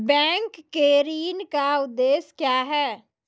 Bank के ऋण का उद्देश्य क्या हैं?